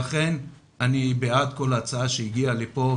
לכן אני בעד כל הצעה שהגיעה לפה,